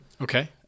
Okay